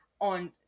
on